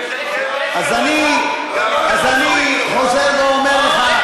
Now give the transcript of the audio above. אז אני חוזר ואומר לך,